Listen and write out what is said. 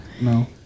No